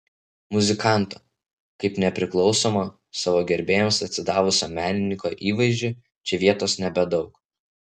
muzikanto kaip nepriklausomo savo gerbėjams atsidavusio menininko įvaizdžiui čia vietos nebedaug